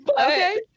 Okay